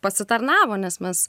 pasitarnavo nes mes